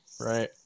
Right